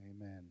Amen